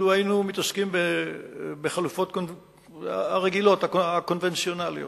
היינו מתעסקים בחלופות רגילות, קונבנציונליות.